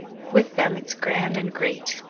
with them it's grand and great.